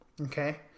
Okay